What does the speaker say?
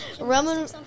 Roman